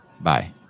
Bye